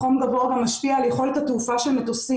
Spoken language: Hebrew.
חום גבוה גם משפיע על יכולת התעופה של מטוסים.